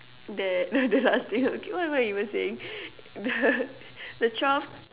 that the the last thing okay what am I even saying the the twelve